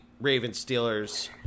Ravens-Steelers